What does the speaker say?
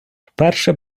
вперше